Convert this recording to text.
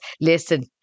Listen